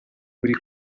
buri